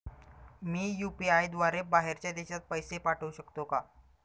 मी UPI द्वारे बाहेरच्या देशात पैसे पाठवू शकतो का?